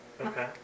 Okay